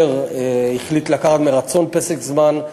חלק אחר החליט לקחת מרצון פסק זמן,